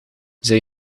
zij